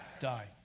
die